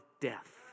death